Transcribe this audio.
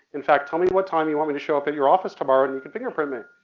in fact, tell me what time you want me to show up at your office tomorrow and you can fingerprint me.